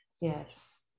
Yes